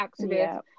activists